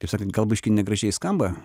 taip sakant gal biškį negražiai skamba